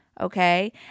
Okay